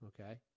okay